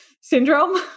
syndrome